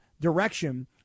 direction